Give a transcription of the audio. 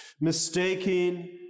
mistaking